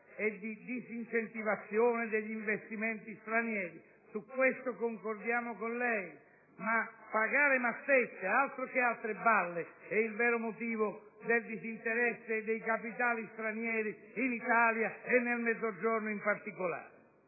e di disincentivazione degli investimenti stranieri. Su questo concordiamo con lei, ma il dover pagare mazzette - altro che ulteriori balle - è il vero motivo del disinteresse dei capitali stranieri in Italia e nel Mezzogiorno in particolare.